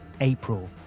April